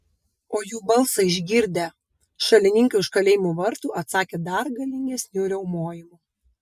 o jų balsą išgirdę šalininkai už kalėjimo vartų atsakė dar galingesniu riaumojimu